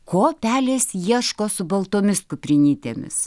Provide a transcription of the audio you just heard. ko pelės ieško su baltomis kuprinytėmis